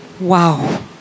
Wow